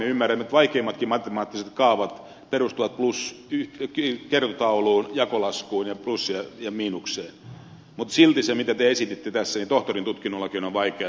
me ymmärrämme nyt että vaikeimmatkin matemaattiset kaavat perustuvat kertotauluun jakolaskuun plussaan ja miinukseen mutta silti se mitä te esititte tässä on tohtorin tutkinnollakin vaikea tavoittaa